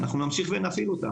ונמשיך להפעיל אותם.